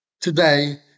today